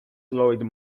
lloyd